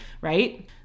right